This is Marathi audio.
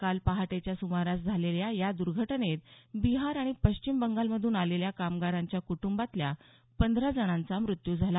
काल पहाटेच्या सुमारास झालेल्या या दर्घटनेत बिहार आणि पश्चिम बंगालमधून आलेल्या कामगारांच्या कुटुंबातल्या पंधरा जणांचा मृत्यू झाला